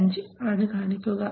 5 ആണ് കാണിക്കുക